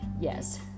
Yes